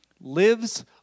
lives